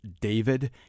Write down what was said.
David